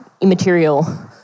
immaterial